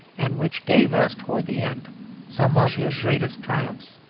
and which gave us towards the end some of his greatest triumphs.